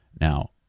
Now